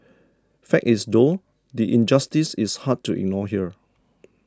fact is though the injustice is hard to ignore here